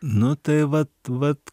nu tai vat vat